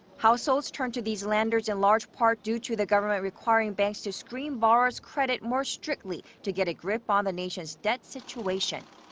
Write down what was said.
households turned to these lenders in large part due to the government requiring banks to screen borrowers' credit more strictly to get a grip on the nation's debt situation.